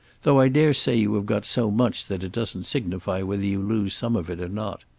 though i dare say you have got so much that it doesn't signify whether you lose some of it or not.